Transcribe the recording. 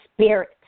spirit